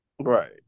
Right